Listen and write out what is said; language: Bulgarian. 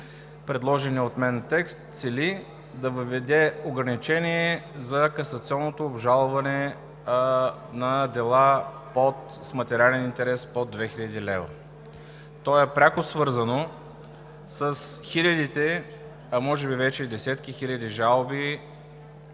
предложеният от мен текст цели да въведе ограничение за касационното обжалване на дела с материален интерес под 2000 лв. То е пряко свързано с хилядите, а може би вече десетки хиляди жалби